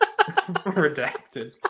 Redacted